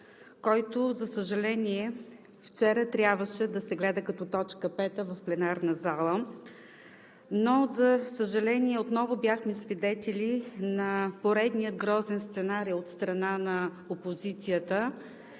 който вчера трябваше да се гледа като точка пета в пленарна зала, но, за съжаление, отново бяхме свидетели на поредния грозен сценарий от страна на опозицията